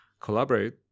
collaborate